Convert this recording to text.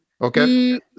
okay